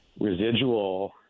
residual